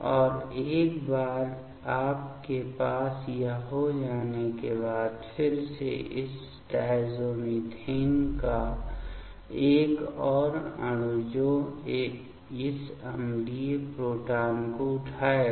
और एक बार आपके पास यह हो जाने के बाद फिर से इस डायज़ोमिथेन का एक और अणु जो इस अम्लीय प्रोटॉन को उठाएगा